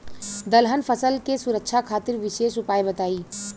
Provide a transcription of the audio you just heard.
दलहन फसल के सुरक्षा खातिर विशेष उपाय बताई?